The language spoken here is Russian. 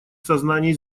сознании